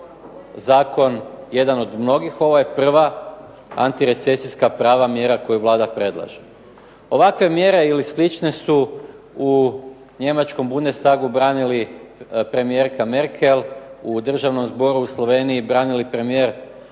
zakon jedan od mnogih, ovo je prva antirecesijska prava mjera koju Vlada predlaže. Ovakve mjere ili slične su u Njemačkom Bundestagu branili premijerka Merkel, u Državnom zboru u Sloveniji branili premijer Pahor,